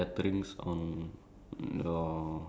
uh so the taxi right